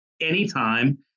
anytime